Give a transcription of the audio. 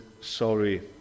Sorry